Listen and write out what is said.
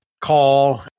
call